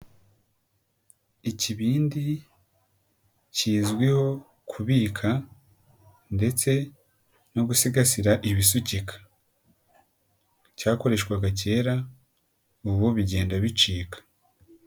Ikibindi, kizwiho kubika, ndetse no gusigasira ibisukika. Cyakoreshwaga kera, ubu bigenda bicika.